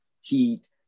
heat